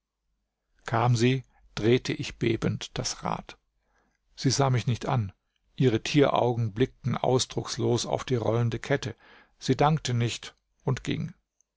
kam sie drehte ich bebend das rad sie sah mich nicht an ihre tieraugen blickten ausdruckslos auf die rollende kette sie dankte nicht und ging